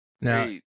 Now